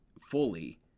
fully